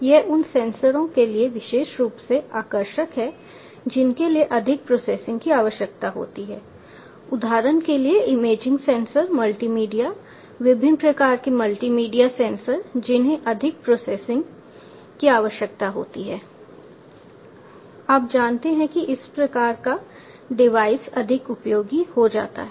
यह उन सेंसरों के लिए विशेष रूप से आकर्षक है जिनके लिए अधिक प्रोसेसिंग की आवश्यकता होती है उदाहरण के लिए इमेजिंग सेंसर मल्टीमीडिया विभिन्न प्रकार के मल्टीमीडिया सेंसर जिन्हें अधिक प्रोसेसिंग की आवश्यकता होती है आप जानते हैं कि इस प्रकार का डिवाइस अधिक उपयोगी हो जाता है